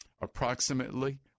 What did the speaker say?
Approximately